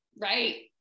Right